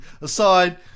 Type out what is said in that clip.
aside